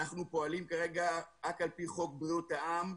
אנחנו פועלים כרגע רק על פי חוק בריאות העם,